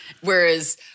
Whereas